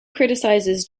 criticizes